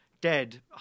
dead